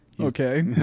Okay